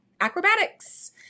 acrobatics